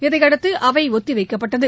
இதையடுத்து அவை ஒத்தி வைக்கப்பட்டது